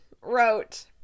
wrote